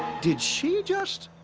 did she just?